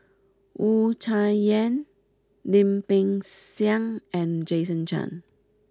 Wu Tsai Yen Lim Peng Siang and Jason Chan